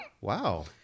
Wow